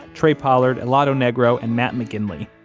trey pollard, helado negro, and matt mcginley.